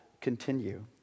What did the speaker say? continue